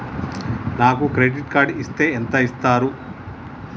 నాకు credit card ఇస్తే ఎంత ఇస్తరు?